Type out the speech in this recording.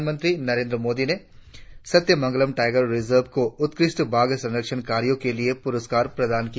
प्रधानमंत्री मोदी ने Sathyamangalam tiger reserve को उत्कृष्ट बाघ संरक्षण कार्यों के लिए पुरस्कार प्रदाण किया